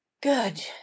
good